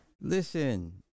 listen